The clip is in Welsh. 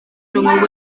rhwng